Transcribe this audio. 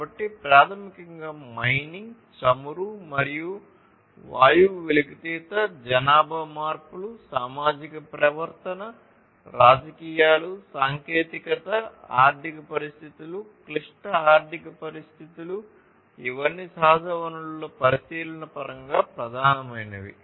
కాబట్టి ప్రాథమికంగా మైనింగ్ చమురు మరియు వాయువు వెలికితీత జనాభా మార్పులు సామాజిక ప్రవర్తన రాజకీయాలు సాంకేతికత ఆర్థిక పరిస్థితులు క్లిష్ట ఆర్థిక పరిస్థితులు ఇవన్నీ సహజ వనరుల పరిశీలన పరంగా ప్రధానమైనవి